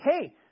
Hey